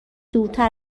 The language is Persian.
دورتر